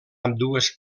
ambdues